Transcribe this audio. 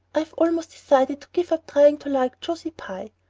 i've almost decided to give up trying to like josie pye.